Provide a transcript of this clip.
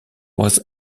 was